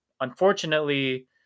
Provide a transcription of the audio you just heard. Unfortunately